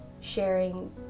sharing